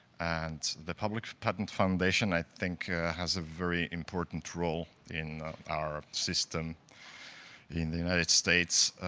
and the public patent foundation, i think has a very important role in our system in the united states.